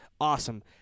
Awesome